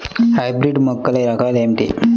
Hybrid మొక్కల రకాలు ఏమిటీ?